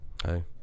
Hey